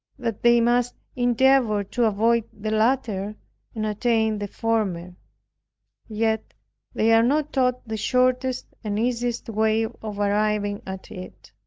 that they must endeavor to avoid the latter and attain the former yet they are not taught the shortest and easiest way of arriving at it.